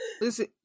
Listen